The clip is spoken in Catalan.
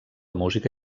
música